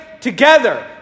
together